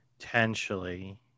Potentially